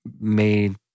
made